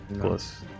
Close